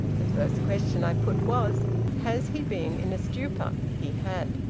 the first question i put was has he been in a stupor? he had.